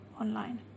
online